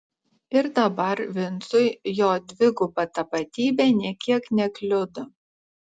ir dabar vincui jo dviguba tapatybė nė kiek nekliudo